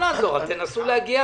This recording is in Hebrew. נסו להגיע